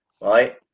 right